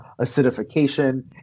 acidification